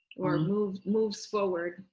or move moves forward,